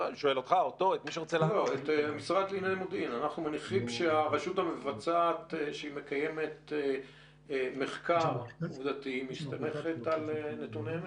אנחנו מניחים שהרשות המבצעת שמקיימת מחקר עובדתי מסתמכת על נתוני אמת.